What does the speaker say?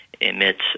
emits